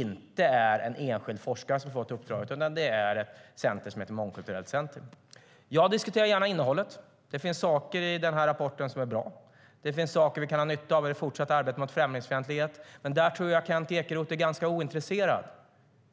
inte heller någon enskild forskare som har fått uppdraget, och det vet Kent Ekeroth. Det är ett center som heter Mångkulturellt centrum. Jag diskuterar gärna innehållet. Det finns saker i rapporten som är bra. Det finns saker som vi kan ha nytta av i det fortsatta arbetet mot främlingsfientlighet. Men där tror jag att Kent Ekeroth är ganska ointresserad.